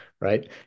Right